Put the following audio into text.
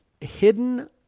hidden